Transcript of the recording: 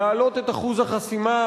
להעלות את אחוז החסימה,